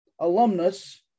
alumnus